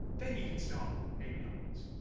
then you can start aiming upwards.